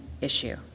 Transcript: issue